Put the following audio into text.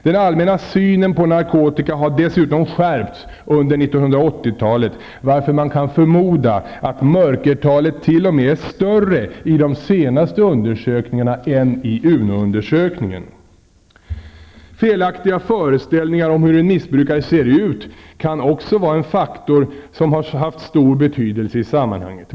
Den allmänna synen på narkotika har dessutom skärpts under 1980-talet, varför man kan förmoda att mörkertalet t.o.m. är större i de senaste undersökningarna än i UNO Felaktiga föreställningar om hur en missbrukare ser ut kan också vara en faktor som kan ha haft stor betydelse i sammanhanget.